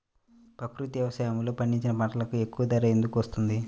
ప్రకృతి వ్యవసాయములో పండించిన పంటలకు ఎక్కువ ధర ఎందుకు వస్తుంది?